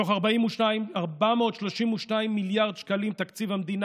מתוך 432 מיליארד שקלים,